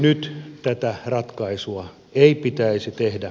nyt tätä ratkaisua ei pitäisi tehdä